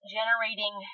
generating